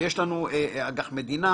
ויש לנו אג"ח מדינה,